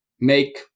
make